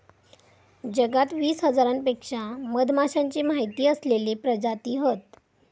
जगात वीस हजारांपेक्षा मधमाश्यांचे माहिती असलेले प्रजाती हत